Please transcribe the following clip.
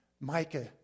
Micah